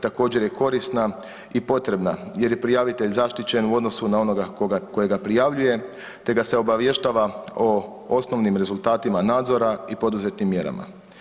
Također je korisna i potrebna jer je prijavitelj zaštićen u odnosu na onoga kojega prijavljuje, te ga se obavještava o osnovnim rezultatima nadzora i poduzetim mjerama.